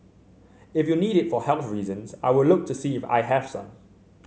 if you need it for health reasons I will look to see if I have some